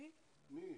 אני אומר,